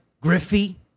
Griffey